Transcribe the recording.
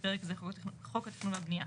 (בפרק זה - חוק התכנון והבניה).